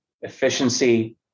efficiency